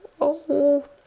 oh